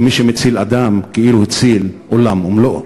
כי מי שמציל אדם כאילו הציל עולם ומלואו.